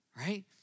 right